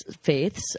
faiths